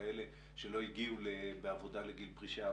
לכאלה שלא הגיעו בעבודה לגיל פרישה,